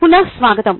పునఃస్వాగతం